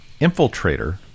infiltrator